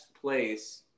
place